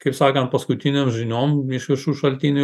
kaip sakant paskutinėm žiniom iš visų šaltinių